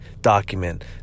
document